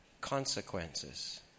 consequences